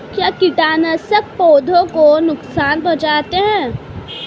क्या कीटनाशक पौधों को नुकसान पहुँचाते हैं?